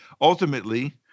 Ultimately